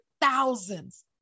thousands